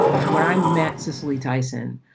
when i met cicely tyson,